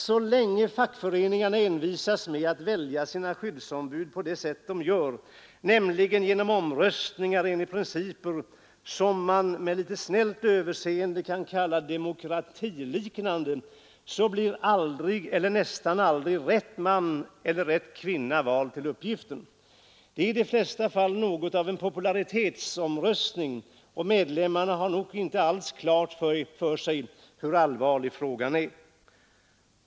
Så länge fackföreningarna envisas med att välja sina skyddsombud på det sätt de gör, nämligen genom omröstningar enligt principer, som man med litet snällt överseende kan kalla demokratiliknande, så blir aldrig eller nästan aldrig rätt man eller kvinna vald till uppgiften. Det är i de flesta fall något av en popularitetsomröstning och medlemmarna har nog inte alls klart för sig hur allvarlig frågan är.